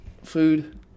Food